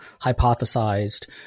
hypothesized